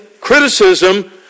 criticism